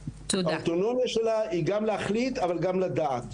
האוטונומיה שלה היא גם להחליט וגם לדעת.